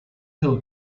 hill